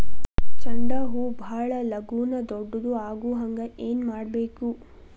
ಚಂಡ ಹೂ ಭಾಳ ಲಗೂನ ದೊಡ್ಡದು ಆಗುಹಂಗ್ ಏನ್ ಮಾಡ್ಬೇಕು?